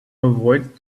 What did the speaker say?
avoid